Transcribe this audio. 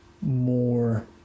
more